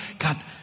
God